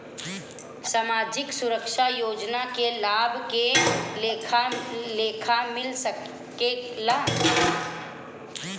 सामाजिक सुरक्षा योजना के लाभ के लेखा मिल सके ला?